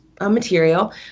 material